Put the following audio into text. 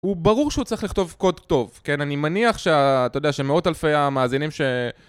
הוא ברור שהוא צריך לכתוב קוד טוב, כן? אני מניח שאתה יודע שמאות אלפי המאזינים ש...